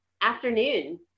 afternoon